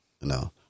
No